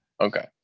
Okay